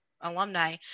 alumni